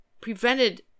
prevented